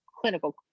clinical